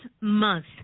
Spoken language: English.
Month